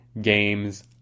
games